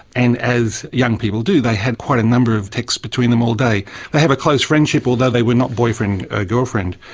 and, as young people do, they had quite a number of texts between them all day. they have a close friendship, although they were not boyfriend and girlfriend.